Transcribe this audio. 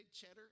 Cheddar